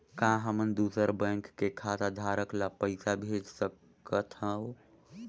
का हमन दूसर बैंक के खाताधरक ल पइसा भेज सकथ हों?